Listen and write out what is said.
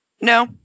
No